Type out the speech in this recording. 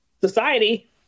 Society